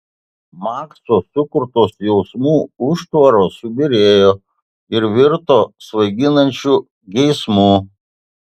makso sukurtos jausmų užtvaros subyrėjo ir virto svaiginančiu geismu